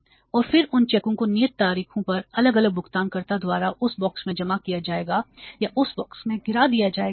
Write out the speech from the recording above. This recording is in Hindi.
और फिर उन चेकों को नियत तारीखों पर अलग अलग भुगतानकर्ताओं द्वारा उस बॉक्स में जमा किया जाएगा या उस बॉक्स में गिरा दिया जाएगा